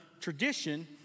tradition